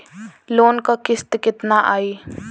Loan क किस्त कितना आई?